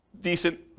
decent